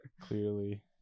Clearly